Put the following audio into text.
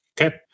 Okay